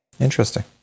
Interesting